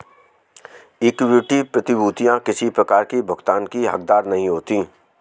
equity प्रभूतियाँ किसी प्रकार की भुगतान की हकदार नहीं होती